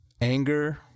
anger